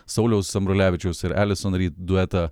sauliaus ambrulevičiaus ir elison ryd duetą